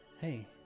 Hey